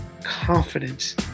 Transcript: confidence